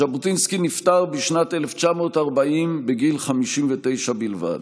ז'בוטינסקי נפטר בשנת 1940 בגיל 59 בלבד.